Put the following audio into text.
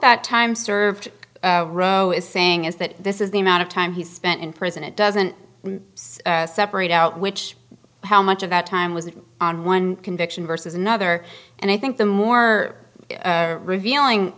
that time served rowe is saying is that this is the amount of time he's spent in prison it doesn't separate out which how much of that time was on one conviction versus another and i think the more revealing